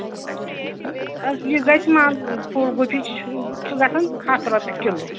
پھول گوٗبی چھُ گژھان ہَتھ رپیہِ کِلوٗ